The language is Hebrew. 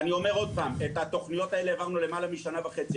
את התוכניות האלה הרמנו למעלה משנה וחצי,